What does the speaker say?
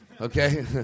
Okay